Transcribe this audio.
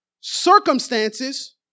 circumstances